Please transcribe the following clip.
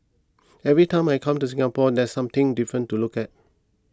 every time I come to Singapore there's something different to look at